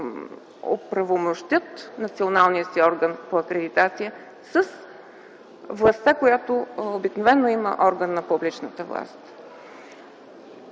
оправомощят националния си орган по акредитация с властта, която обикновено има орган на публичната власт.